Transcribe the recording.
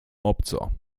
obco